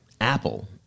Apple